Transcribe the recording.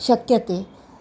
शक्यते